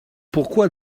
pourquoi